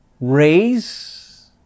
raise